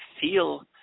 feel